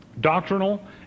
doctrinal